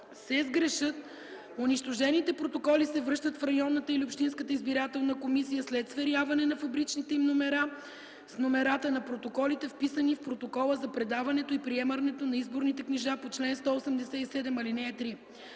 се сгрешат, унищожените протоколи се връщат в районната или общинската избирателна комисия след сверяване на фабричните им номера с номерата на протоколите, вписани в протокола за предаването и приемането на изборните книжа по чл. 187, ал. 3.